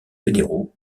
fédéraux